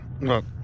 look